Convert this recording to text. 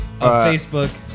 Facebook